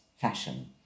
fashion